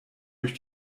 durch